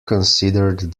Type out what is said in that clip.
considered